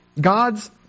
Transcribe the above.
God's